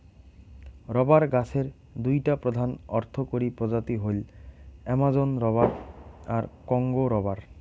rubber গছের দুইটা প্রধান অর্থকরী প্রজাতি হইল অ্যামাজোন রবার আর কংগো রবার